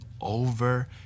over